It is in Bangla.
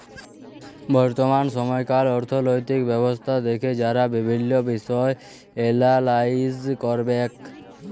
বর্তমাল সময়কার অথ্থলৈতিক ব্যবস্থা দ্যাখে যারা বিভিল্ল্য বিষয় এলালাইস ক্যরবেক